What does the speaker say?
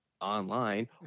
online